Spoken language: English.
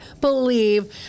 believe